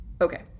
okay